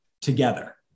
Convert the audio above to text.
together